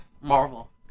Marvel